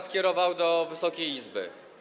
skierował do Wysokiej Izby?